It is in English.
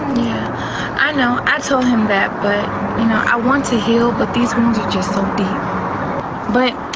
i know i told him that but you know, i want to heal but these wounds are just so deep but